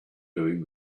doing